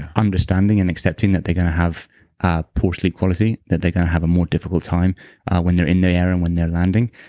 understanding and accepting that they're going to have a poor sleep quality, that they're going to have a more difficult time when they're in the air and when they're landing,